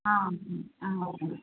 okay అండి